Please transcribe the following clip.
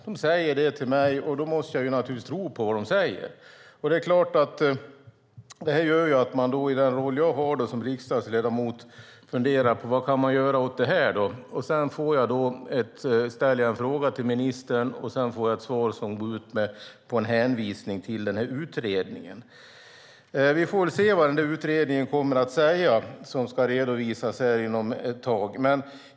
Det säger personalen, och jag måste naturligtvis tro på vad de säger. Som riksdagsledamot funderar jag naturligtvis på vad man kan göra åt det. Jag ställer en fråga till ministern och får ett svar som hänvisar till utredningen. Vi får se vad utredningen, som ska redovisas här om ett tag, säger.